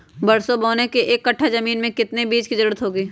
सरसो बोने के एक कट्ठा जमीन में कितने बीज की जरूरत होंगी?